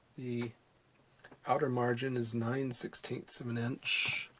the outer margin is nine sixteen of an inch,